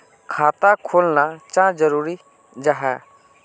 खाता खोलना चाँ जरुरी जाहा?